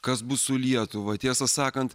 kas bus su lietuva tiesą sakant